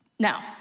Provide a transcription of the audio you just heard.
Now